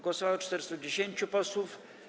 Głosowało 410 posłów.